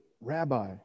Rabbi